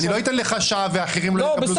אני לא אתן לך שעה והאחרים לא יקבלו זכות דיבור.